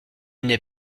n’est